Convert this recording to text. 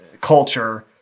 culture